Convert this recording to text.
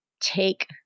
take